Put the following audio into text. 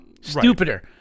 stupider